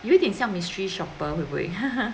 有点像 mystery shopper 会不会